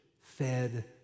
fed